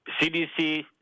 CDC